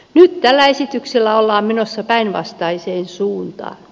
nyt tällä esityksellä ollaan menossa päinvastaiseen suuntaan